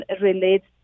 relates